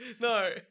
No